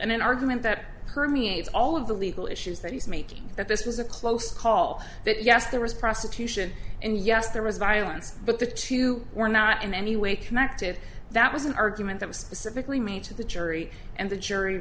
and an argument that permeates all of the legal issues that he's making that this was a close call that yes there was prostitution and yes there was violence but the two were not in any way connected that was an argument that was specifically made to the jury and the jury